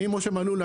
משה מלול,